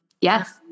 Yes